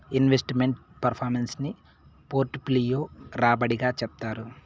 invest meant performance ని portfolio రాబడి గా చెప్తారు